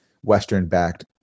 Western-backed